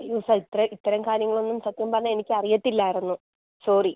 അയ്യോ സാർ ഇത്ര ഇത്തരം കാര്യങ്ങൾ ഒന്നും സത്യം പറഞ്ഞാൽ എനിക്ക് അറിയില്ലായിരുന്നു സോറി